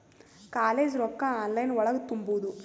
College ರೊಕ್ಕ online ಒಳಗ ತುಂಬುದು?